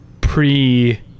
pre